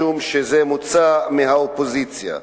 משום שזה מוצע מהאופוזיציה,